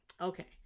Okay